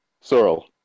Sorrel